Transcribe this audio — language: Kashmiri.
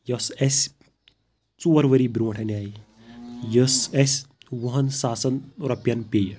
یۄس اَسہِ ژور ؤری برۄنٛٹھ اَنے یۄس اَسہِ وُہَن ساسَن رۄپین پیٚیہِ